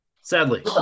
Sadly